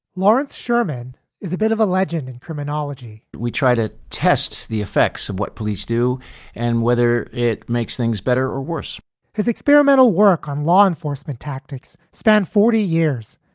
lawrence sherman is a bit of a legend in criminology we try to test the effects of what police do and whether it makes things better or worse his experimental work on law enforcement tactics spanned forty years,